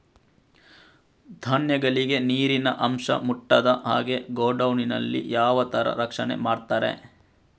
ಧಾನ್ಯಗಳಿಗೆ ನೀರಿನ ಅಂಶ ಮುಟ್ಟದ ಹಾಗೆ ಗೋಡೌನ್ ನಲ್ಲಿ ಯಾವ ತರ ರಕ್ಷಣೆ ಮಾಡ್ತಾರೆ?